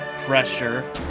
pressure